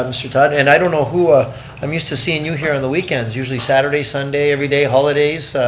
ah mr. todd. and i don't know who, ah i'm used to see and you here on the weekends, usually saturday, sunday, everyday, holidays.